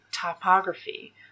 topography